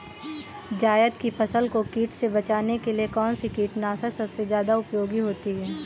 जायद की फसल को कीट से बचाने के लिए कौन से कीटनाशक सबसे ज्यादा उपयोगी होती है?